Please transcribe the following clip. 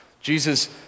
Jesus